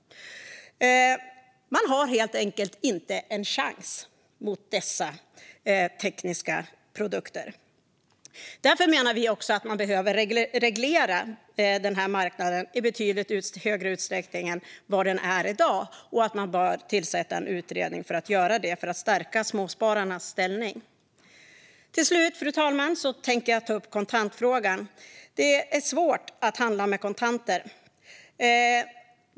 Man har helt enkelt inte en chans mot dessa tekniska produkter. Därför menar vi att man behöver reglera den här marknaden i betydligt större utsträckning än i dag. Man bör också tillsätta en utredning för att göra detta i syfte att stärka småspararnas ställning. Till slut, fru talman, tänker jag ta upp kontantfrågan. Det är svårt att handla med kontanter.